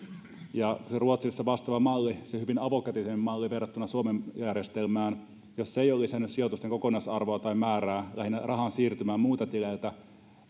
ruotsissa vastaava malli se paljon avokätisempi malli verrattuna suomen järjestelmään ei ole lisännyt sijoitusten kokonaisarvoa tai määrää lähinnä rahan siirtymää muilta tileiltä